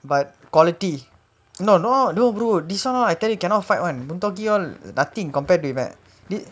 but quality not no no brother this [one] all I tell you cannot fight [one] buntogi all nothing compared to this [one]